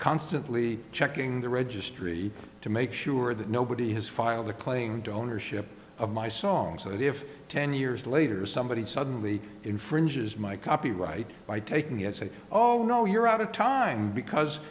constantly checking the registry to make sure that nobody has filed a claim to ownership of my songs that if ten years later somebody suddenly infringes my copyright by taking it oh no you're out of time because